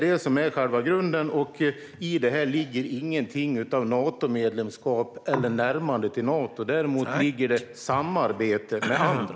Detta är själva grunden, och häri ligger inget av Natomedlemskap eller närmande till Nato, däremot samarbete med andra.